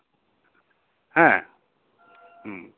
ᱦᱮᱸ ᱦᱩᱸ